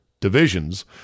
divisions